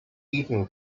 eden